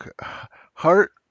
heart